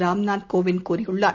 ராம்நாத் கோவிந்த் கூறியுள்ளார்